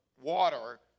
water